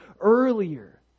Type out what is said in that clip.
earlier